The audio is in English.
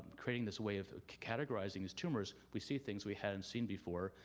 um creating this way of categorizing these tumors, we see things we hadn't seen before,